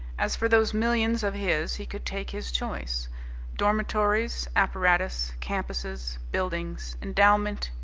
as for those millions of his, he could take his choice dormitories, apparatus, campuses, buildings, endowment,